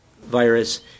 virus